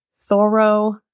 Thorough